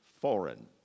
foreign